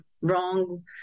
wrong